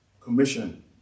Commission